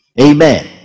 Amen